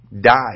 died